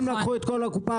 הם לקחו את כל הקופה.